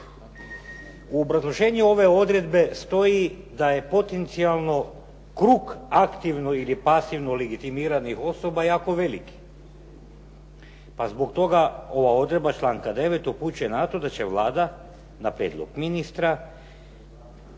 U obrazloženju ove odredbe stoji da je potencijalno krug aktivno ili pasivno legitimiranih osoba jako velik. Pa zbog toga ova odredba članka 9. upućuje na to da će Vlada na prijedlog ministra